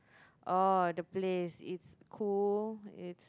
oh the place it's cool it's